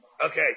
Okay